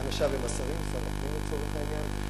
ואנשיו הם השרים, שר הפנים לצורך העניין.